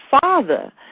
father